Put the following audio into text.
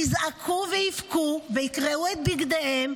יזעקו ויבכו ויקרעו את בגדיהם,